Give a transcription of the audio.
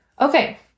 Okay